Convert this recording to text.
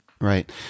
Right